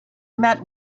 met